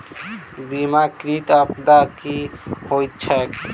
बीमाकृत आपदा की होइत छैक?